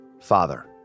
father